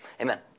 Amen